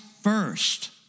first